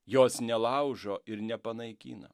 jos nelaužo ir nepanaikina